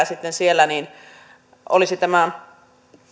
sitten tärkeää olisi tämä